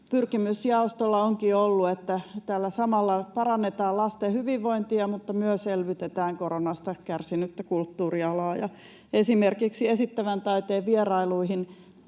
pyrkimys jaostolla onkin ollut, että samalla tällä parannetaan lasten hyvinvointia kuin myös elvytetään koronasta kärsinyttä kulttuurialaa. Ja esimerkiksi esittävän taiteen vierailuihin